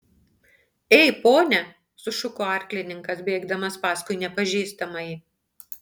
ei pone sušuko arklininkas bėgdamas paskui nepažįstamąjį